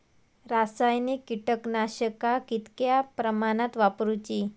रासायनिक कीटकनाशका कितक्या प्रमाणात वापरूची?